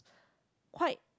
quite